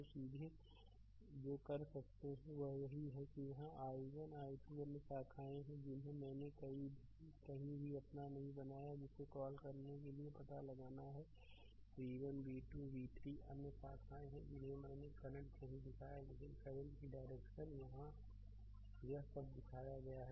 तो सीधे जो कर सकते हैं वह यह है कि यहाँ i1 i 2 अन्य शाखाएँ हैं जिन्हें मैंने कोई भी अपना नहीं बनाया है जिसे कॉल करने के लिए पता लगाना है v1 v2 v3 अन्य शाखाएँ जिन्हें मैंने करंट नहीं दिखाया है लेकिन करंट की डायरेक्शन यहाँ यह सब दिखाया गया है